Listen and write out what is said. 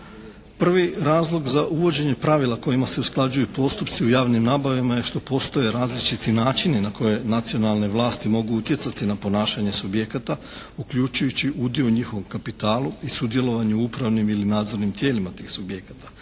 Prvi razlog za uvođenje pravila kojima se usklađuju postupci u javnim nabavama je što postoje različiti načini na koje nacionalne vlasti mogu utjecati na ponašanje subjekata, uključujući udio u njihovom kapitalu i sudjelovanju u upravnim ili nadzornim tijelima tih subjekata.